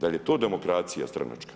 Da li je to demokracija stranačka?